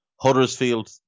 Huddersfield